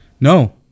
No